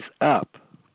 up